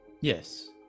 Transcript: yes